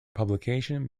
publication